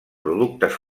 productes